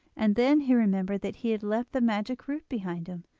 and then he remembered that he had left the magic root behind him,